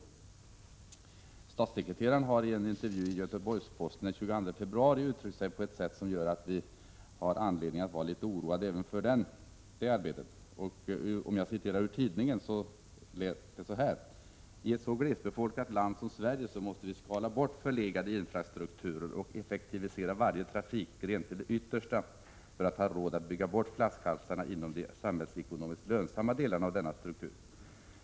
Statssekreteraren i kommunikationsdepartementet har i en intervju i Göteborgs-Posten den 22 februari uttryckt sig på ett sätt som gör att vi har anledning att vara litet oroade även för det arbetet. I tidningen står det: I ett så glesbefolkat land som Sverige måste vi skala bort förlegade infrastrukturer och effektivisera varje trafikgren till det yttersta för att ha råd att bygga bort flaskhalsarna inom de samhällsekonomiskt lönsamma delarna av denna struktur.